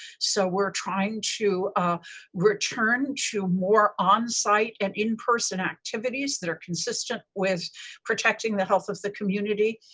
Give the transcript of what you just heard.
so we're trying to return to more on-site and in-person activities that are consistent with protecting the health of the community.